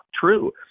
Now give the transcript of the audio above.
true